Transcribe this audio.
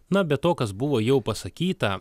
na bet to kas buvo jau pasakyta